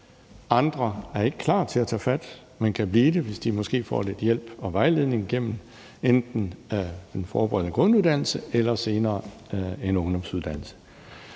Andre er ikke klar til at tage fat, men kan blive det, hvis de måske får lidt hjælp og vejledning gennem enten den forberedende grunduddannelse eller senere gennem en ungdomsuddannelse.